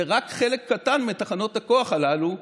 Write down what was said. ורק חלק קטן מתחנות הכוח הללו,